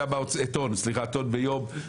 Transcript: טון, סליחה, טון ביום.